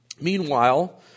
Meanwhile